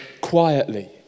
quietly